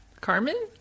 Carmen